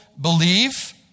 believe